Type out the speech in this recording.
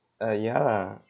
uh ya